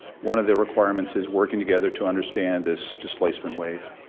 one of the requirements is working together to understand this displacement wave.